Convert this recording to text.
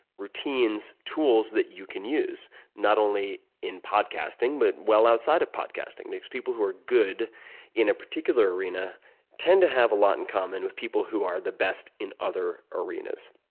routines, tools that you can use not only in podcasting but well outside of podcasting. it makes people who are good in a particular arena tend to have a lot in common with people who are the best in other arenas.